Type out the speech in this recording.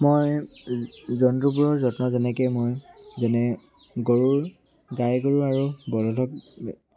মই জন্তুবোৰৰ যত্ন যেনেকে মই যেনে গৰুৰ গাই গৰু আৰু বলধক